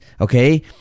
okay